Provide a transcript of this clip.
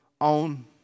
on